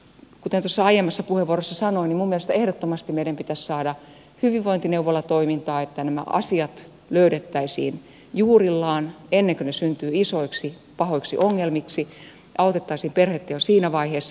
kuten tuossa aiemmassa puheenvuorossa sanoin minun mielestäni ehdottomasti meidän pitäisi saada hyvinvointineuvolatoimintaa että nämä asiat löydettäisiin juurillaan ennen kuin ne syntyvät isoiksi pahoiksi ongelmiksi autettaisiin perhettä jo siinä vaiheessa